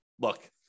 look